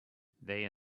they